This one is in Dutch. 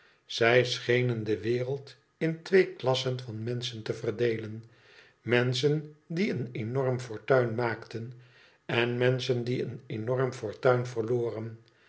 zij schenen de wereld in twee klassen van menseben te verdeelen menschen die een enorm fortuin maakten en menseben ëe een enorm fortuin verloren